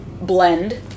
blend